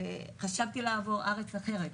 וחשבתי לעבור לארץ אחרת,